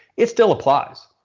it still applies.